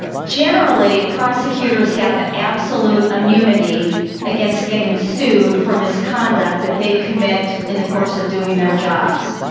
generally, prosecutors have absolute immunity against getting sued for misconduct that they commit in the course of doing their jobs.